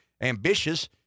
ambitious